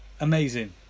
Amazing